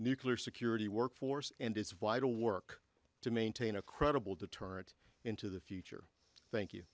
nuclear security workforce and is vital work to maintain a credible deterrent into the future thank you